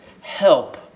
help